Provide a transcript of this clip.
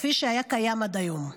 כפי שהיה קיים עד היום.